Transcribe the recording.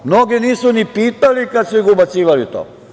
Mnoge nisu ni pitali kad su ga ubacivali u to.